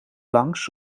langs